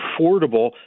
affordable